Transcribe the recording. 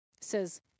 says